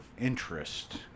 interest